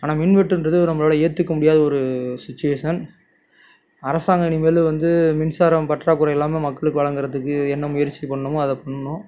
ஆனால் மின்வெட்டுன்றது நம்மளால ஏற்றுக்க முடியாத ஒரு சுச்சிவேஷன் அரசாங்கம் இனிமேல் வந்து மின்சாரம் பற்றாக்குறை இல்லாமல் மக்களுக்கு வழங்குகிறதுக்கு என்ன முயற்சி பண்ணணுமோ அதை பண்ணணும்